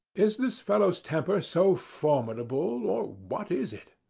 is this fellow's temper so formidable, or what is it?